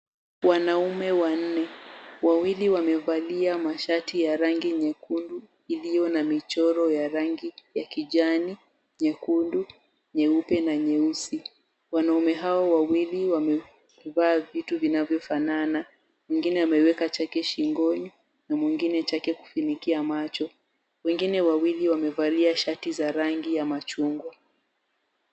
Wanaume wanne. Wawili wamevalia mashati ya rangi nyekundu iliyo na michoro ya rangi ya kijani, nyekundu, nyeupe na nyeusi. Wanaume hao wawili wamevaa vitu vinavyofanana, mwingine ameweka chake shingoni, na mwingine chake kufunikia macho. Wengine wawili wamevalia shati ya rangi ya machungwa.